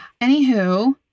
Anywho